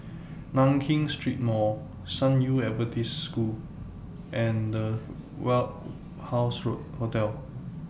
Nankin Street Mall San Yu Adventist School and The Warehouse Hotel